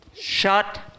shut